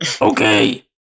Okay